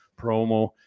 promo